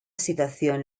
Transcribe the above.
situación